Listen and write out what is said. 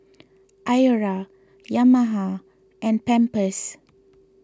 Iora Yamaha and Pampers